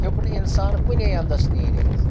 ہیٚۄک نہٕ اِنسان کُنے اَندَس نیٖرِتھ